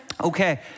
Okay